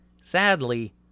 Sadly